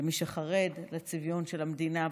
מי שחרד לצביון של המדינה,